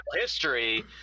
history